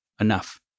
enough